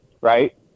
right